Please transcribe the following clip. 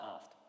asked